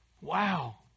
Wow